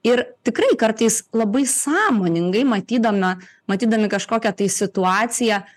ir tikrai kartais labai sąmoningai matydama matydami kažkokią tai situaciją